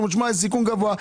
אומרים: סיכון גבוה.